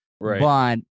Right